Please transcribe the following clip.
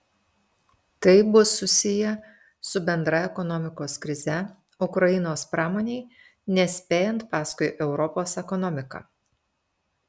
tai bus susiję su bendra ekonomikos krize ukrainos pramonei nespėjant paskui europos ekonomiką